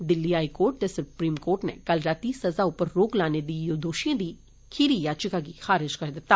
Delhi high court ते supreme court नै कल राती सजा उप्पर रोक लाने दी दोषिएं दी खीरी साचिका गी खारिज करी दिता